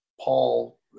Paul